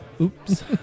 Oops